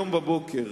היום בבוקר,